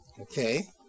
Okay